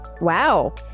Wow